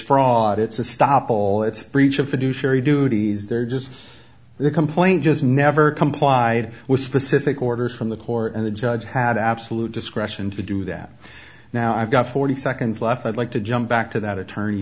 duties they're just the complaint just never complied with specific orders from the court and the judge had absolute discretion to do that now i've got forty seconds left i'd like to jump back to that attorney